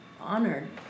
honored